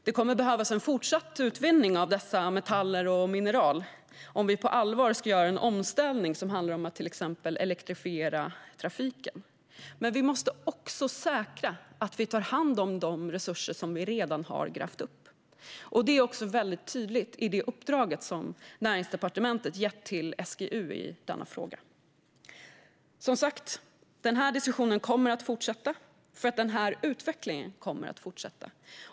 Det kommer att behövas en fortsatt utvinning av dessa metaller och mineraler om vi på allvar ska göra en omställning som handlar om att till exempel elektrifiera trafiken. Men vi måste också säkra att vi tar hand om de resurser som vi redan har grävt upp, och detta är väldigt tydligt i det uppdrag som Näringsdepartementet har gett till SGU i denna fråga. Som sagt: Den här diskussionen kommer att fortsätta, för denna utveckling kommer att fortsätta.